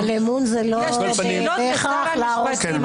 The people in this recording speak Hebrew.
יש לי שאלות לשר המשפטים.